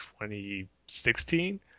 2016